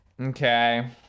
Okay